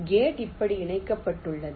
gate இப்படி இணைக்கப்பட்டுள்ளது